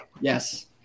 yes